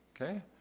Okay